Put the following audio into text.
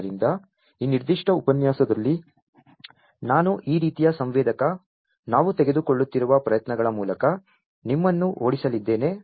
ಆದ್ದರಿಂದ ಈ ನಿರ್ದಿಷ್ಟ ಉಪನ್ಯಾಸದಲ್ಲಿ ನಾನು ಈ ರೀತಿಯ ಸಂವೇದಕ ನಾವು ತೆಗೆದುಕೊಳ್ಳುತ್ತಿರುವ ಪ್ರಯತ್ನಗಳ ಮೂಲಕ ನಿಮ್ಮನ್ನು ಓಡಿಸಲಿದ್ದೇನೆ